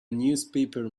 newspaper